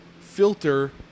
filter